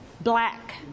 black